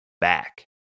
back